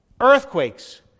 earthquakes